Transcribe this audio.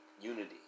Unity